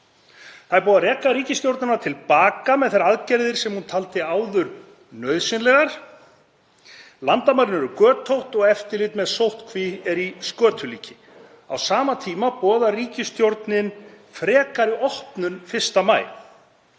Það er búið að reka ríkisstjórnina til baka með þær aðgerðir sem hún taldi áður nauðsynlegar. Landamærin eru götótt og eftirlit með sóttkví er í skötulíki. Á sama tíma boðar ríkisstjórnin frekari opnun 1. maí.